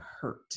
hurt